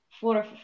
four